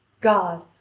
god!